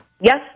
Yes